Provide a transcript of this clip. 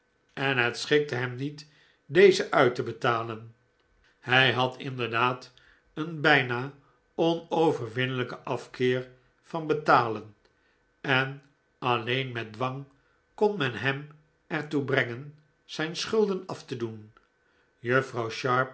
en het schikte hem niet deze uit te betalen hij had inderdaad een bijna onoverwinnelijken af keer van betalen en alleen met dwang kon men hem er toe brengen zijn schulden af te doen juffrouw